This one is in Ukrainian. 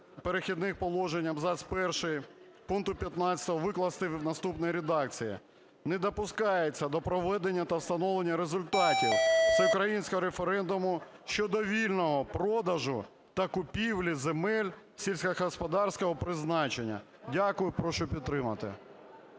Дякую. Прошу підтримати.